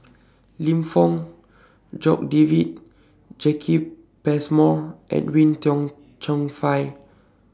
Lim Fong Jock David Jacki Passmore Edwin Tong Chun Fai